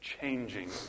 changing